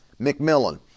McMillan